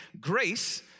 Grace